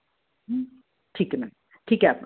ठीक है मैम ठीक है आप